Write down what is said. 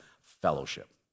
fellowship